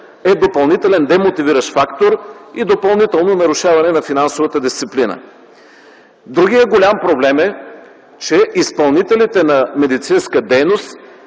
е допълнителен демотивиращ фактор и допълнително нарушаване на финансовата дисциплина. Другият голям проблем е, че изпълнителите на медицинска дейност